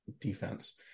defense